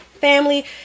family